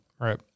Right